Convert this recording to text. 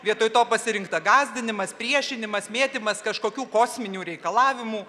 vietoj to pasirinkta gąsdinimas priešinimas mėtymas kažkokių kosminių reikalavimų